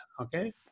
Okay